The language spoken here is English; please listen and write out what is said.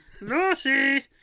Lucy